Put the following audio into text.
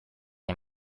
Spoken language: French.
ont